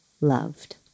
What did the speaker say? loved